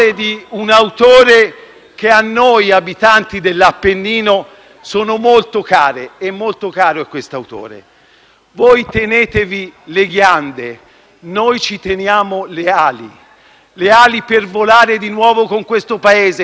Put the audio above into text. Le ali per volare di nuovo con questo Paese, che noi del Partito Democratico amiamo, nel quale crediamo e per il quale continueremo a combattere difendendolo dalla vostra politica scellerata.